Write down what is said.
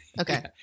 Okay